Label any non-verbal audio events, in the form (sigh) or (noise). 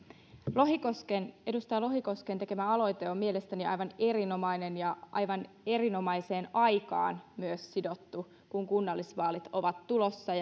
edustaja lohikosken tekemä aloite on mielestäni aivan erinomainen ja myös aivan erinomaiseen aikaan sidottu kun kunnallisvaalit ovat tulossa (unintelligible)